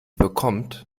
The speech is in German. bekommt